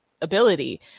ability